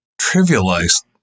trivialized